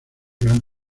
gran